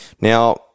Now